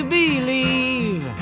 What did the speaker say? believe